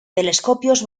telescopios